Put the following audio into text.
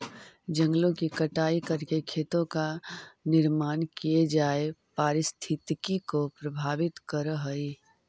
जंगलों की कटाई करके खेतों का निर्माण किये जाए पारिस्थितिकी को प्रभावित करअ हई